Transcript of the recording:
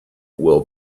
will